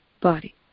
body